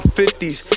fifties